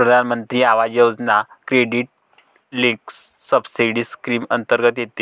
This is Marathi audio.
प्रधानमंत्री आवास योजना क्रेडिट लिंक्ड सबसिडी स्कीम अंतर्गत येते